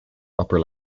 upper